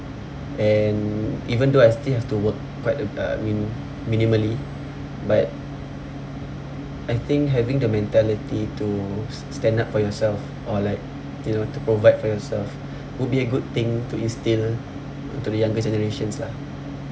and even though I still have to work quite uh I mean minimally but I think having the mentality to stand up for yourself or like you know to provide for yourself would be a good thing to instil into the younger generations lah